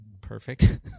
perfect